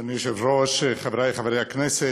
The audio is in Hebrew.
אדוני היושב-ראש, חברי חברי הכנסת,